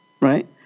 Right